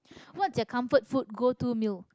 what's your comfort food go to meal